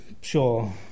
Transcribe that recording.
sure